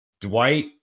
dwight